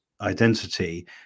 identity